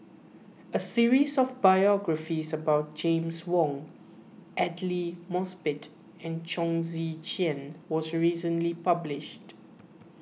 a series of biographies about James Wong Aidli Mosbit and Chong Tze Chien was recently published